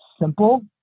simple